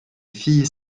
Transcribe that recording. filles